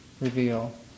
reveal